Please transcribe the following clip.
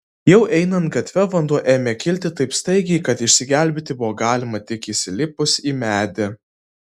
jai einant gatve vanduo ėmė kilti taip staigiai kad išsigelbėti buvo galima tik įsilipus į medį